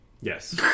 Yes